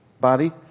Body